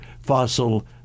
fossil